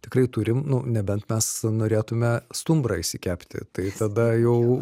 tikrai turim nu nebent mes norėtume stumbrą išsikepti tai tada jau